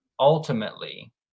ultimately